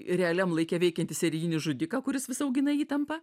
realiam laike veikiantį serijinį žudiką kuris vis augina įtampą